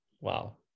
Wow